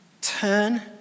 turn